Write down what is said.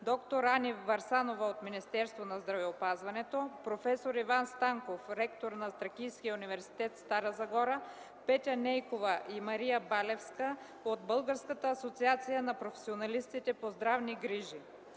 д-р Ани Варсанова от Министерството на здравеопазването; проф. Иван Станков – ректор на Тракийския университет – Стара Загора; Петя Нейкова и Мария Балевска от Българската асоциация на професионалистите по здравни грижи.